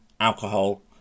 alcohol